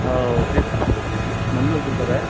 हो तेच म्हणूनच दुखत आहे